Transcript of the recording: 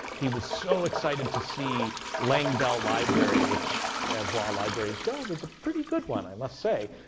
he was so excited to see langdell library, which as law libraries go was a pretty good one, i must say.